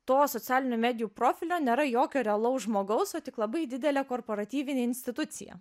to socialinių medijų profilio nėra jokio realaus žmogaus o tik labai didelė korporatyvinė institucija